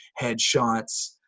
headshots